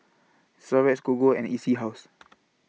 Xorex Gogo and E C House